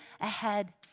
ahead